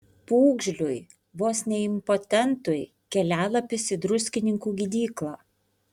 pūgžliui vos ne impotentui kelialapis į druskininkų gydyklą